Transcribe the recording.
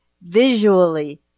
visually